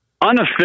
unofficial